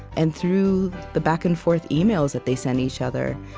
and through the back-and-forth emails that they send each other,